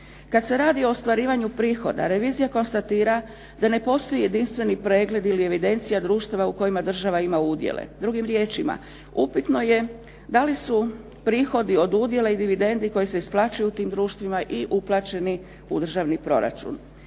Kada se radi o ostvarivanju prihoda, revizija konstatira da ne postoji jedinstveni pregled ili evidencija društava u kojima država ima udjele. Drugim riječima upitno je da li su prihodi od udjela i dividendi koji se isplaćuju u tim društvima i uplaćeni u državni proračun.